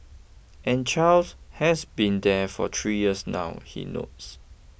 and Charles has been there for three years now he notes